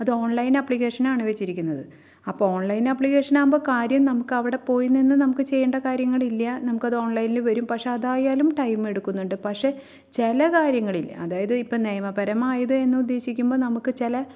അത് ഓൺലൈൻ അപ്ലിക്കേഷനാണ് വച്ചിരിക്കുന്നത് അപ്പോൾ ഓൺലൈൻ ആപ്ലിക്കേഷനാകുമ്പോൾ കാര്യം നമുക്ക് അവിടെ പോയി നിന്ന് നമുക്ക് ചെയ്യേണ്ട കാര്യങ്ങളില്ല നമുക്ക് അത് ഓൺലൈനിൽ വരും പക്ഷെ അതായാലും ടൈം എടുക്കുന്നുണ്ട് പക്ഷേ ചില കാര്യങ്ങളിൽ അതായത് ഇപ്പം നിയമപരമായത് എന്ന് ഉദ്ദേശിക്കുമ്പോൾ നമുക്ക് ചില